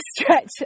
stretch